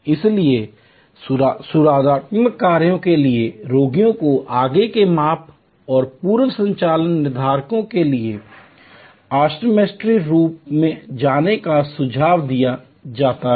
इसलिए सुधारात्मक कार्यों के लिए रोगियों को आगे के माप और पूर्व संचालन निर्धारकों के लिए ऑप्टोमेट्री रूम में जाने का सुझाव दिया जाता है